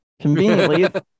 Conveniently